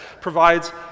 provides